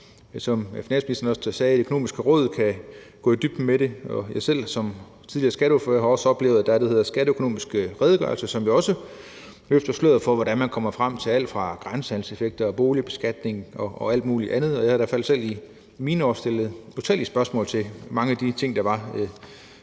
Som finansministeren også sagde, kan Det Økonomiske Råd gå i dybden med det. Og jeg har selv som tidligere skatteordfører også oplevet, at der er det, der hedder skatteøkonomiske redegørelser, som jo også løfter sløret for, hvordan man kommer frem til alt fra grænsehandelseffekter, boligbeskatning og alt muligt andet. Jeg har da i hvert fald selv i mine år stillet utallige spørgsmål om mange af de ting, der var